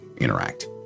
interact